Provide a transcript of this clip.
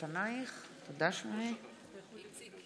פנינה תמנו, מצביעה מזכירת הכנסת תציין את